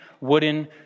wooden